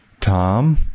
Tom